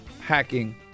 hacking